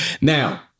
Now